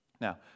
Now